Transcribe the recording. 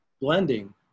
blending